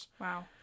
Wow